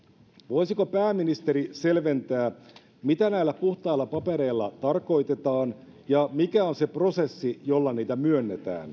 voisiko pääministeri selventää mitä näillä puhtailla papereilla tarkoitetaan ja mikä on se prosessi jolla niitä myönnetään